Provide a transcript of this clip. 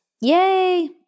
Yay